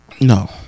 No